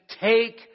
Take